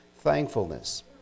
thankfulness